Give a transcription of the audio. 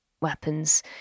weapons